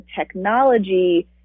technology